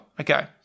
Okay